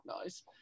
nice